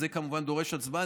זה כמובן דורש הצבעה.